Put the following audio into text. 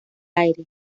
aire